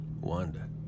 Wanda